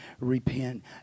repent